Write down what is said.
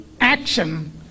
action